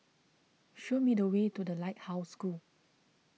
show me the way to the Lighthouse School